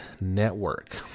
Network